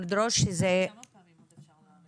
מבחינתי זאת תקופה שהחוק לא מיושם.